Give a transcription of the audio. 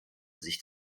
sich